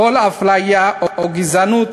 כל אפליה או גזענות